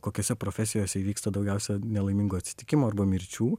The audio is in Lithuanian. kokiose profesijose įvyksta daugiausia nelaimingų atsitikimų arba mirčių